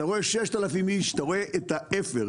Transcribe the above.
אתה רואה 6,000 עצים, אתה רואה את האפר.